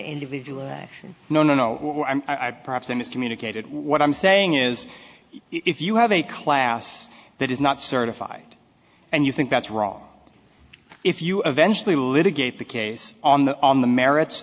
individual action no no no i perhaps in this communicated what i'm saying is if you have a class that is not certified and you think that's wrong if you eventually litigate the case on the on the merits